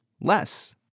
less